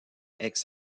aix